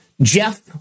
Jeff